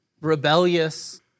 rebellious